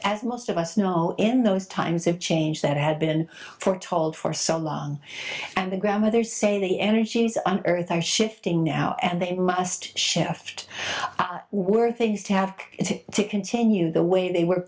as most of us now are in those times of change that have been foretold for so long and the grandmothers say the energies on earth are shifting now and they must shift were things to have to continue the way they were